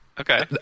Okay